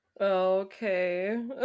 Okay